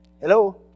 hello